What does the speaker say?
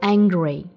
Angry